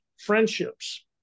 friendships